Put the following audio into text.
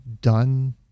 done